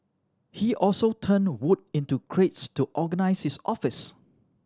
he also turned wood into crates to organise his office